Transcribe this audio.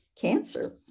cancer